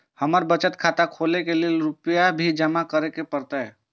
हमर बचत खाता खोले के लेल रूपया भी जमा करे परते?